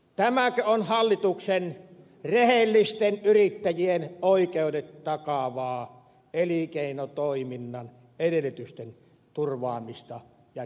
tämäkö on hallituksen rehellisten yrittäjien oikeudet takaavaa elinkeinotoiminnan edellytysten turvaamista ja kehittämistä